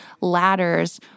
ladders